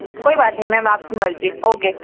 कोई बात नहीं मैम आपकी मर्ज़ी ओके